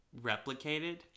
replicated